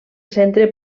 centre